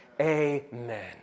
Amen